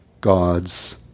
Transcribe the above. God's